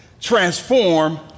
transform